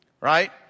Right